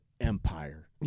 empire